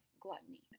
gluttony